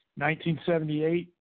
1978